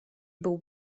był